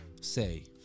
say